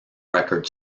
record